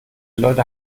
leute